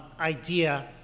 idea